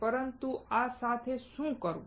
પરંતુ આ સાથે શું કરવું